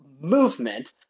movement